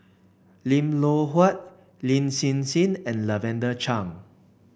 Lim Loh Huat Lin Hsin Hsin and Lavender Chang